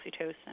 oxytocin